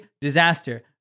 disaster